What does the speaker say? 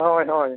ᱦᱳᱭ ᱦᱳᱭ